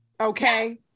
Okay